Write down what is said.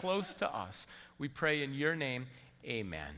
close to us we pray in your name amen